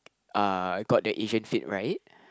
uh got the Asian fit right